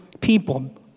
people